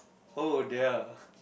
oh dear